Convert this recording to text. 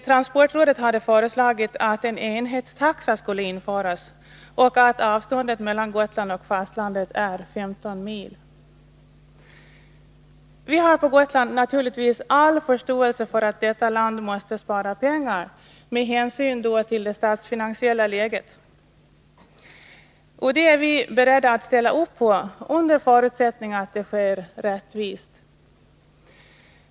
Transportrådet hade föreslagit att en enhetstaxa skulle införas och att avståndet 15 mil skulle vara det normerande för de båda linjerna mellan Gotland och fastlandet. På Gotland har vi naturligtvis all förståelse för att landet måste spara pengar med hänsyn till det statsfinansiella läget, och vi är beredda att ställa upp för det under förutsättning att det sker rättvist.